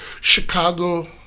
Chicago